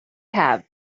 have